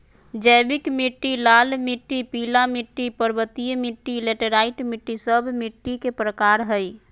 जैविक मिट्टी, लाल मिट्टी, पीला मिट्टी, पर्वतीय मिट्टी, लैटेराइट मिट्टी, सब मिट्टी के प्रकार हइ